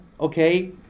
okay